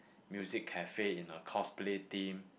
music cafe in a cosplay theme